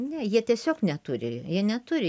ne jie tiesiog neturi jie neturi